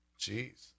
Jeez